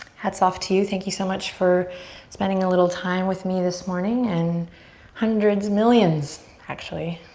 hats off to you. thank you so much for spending a little time with me this morning and hundreds, millions, actually,